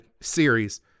series